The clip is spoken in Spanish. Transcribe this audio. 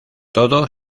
todo